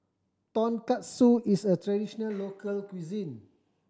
tonkatsu is a traditional local cuisine